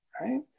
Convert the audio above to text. right